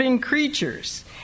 creatures